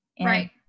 Right